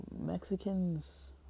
Mexicans